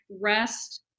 rest